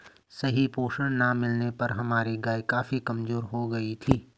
सही पोषण ना मिलने पर हमारी गाय काफी कमजोर हो गयी थी